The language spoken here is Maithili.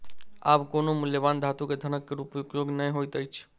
आब कोनो मूल्यवान धातु के धनक रूप में उपयोग नै होइत अछि